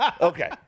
Okay